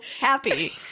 happy